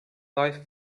life